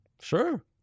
Sure